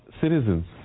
citizens